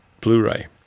Blu-ray